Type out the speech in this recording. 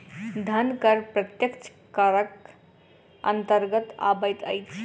धन कर प्रत्यक्ष करक अन्तर्गत अबैत अछि